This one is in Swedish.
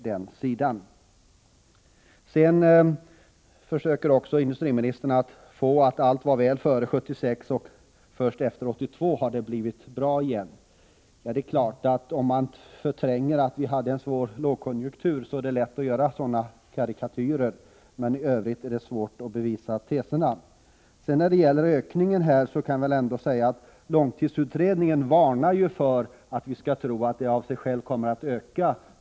Industriministern försöker också få det att verka som om allt var väl före 1976 och att det först efter 1982 har blivit bra igen. Om man förtränger att vi hade en svår lågkonjunktur är det lätt att göra en sådan karikatyr, men i övrigt är det svårt att bevisa teserna. Långtidsutredningen varnade för att vi skall tro att industrisektorn av sig själv kommer att öka.